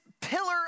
pillar